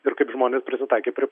ir kaip žmonės prisitaikė prie